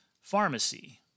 pharmacy